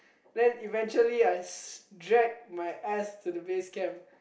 then eventually I dragged my ass to the base camp